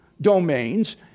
domains